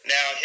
Now